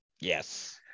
Yes